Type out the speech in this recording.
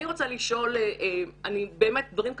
אני רוצה לשאול את אורי גורדין: אתה אמרת דברים קשים,